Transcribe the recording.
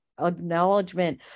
acknowledgement